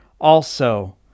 also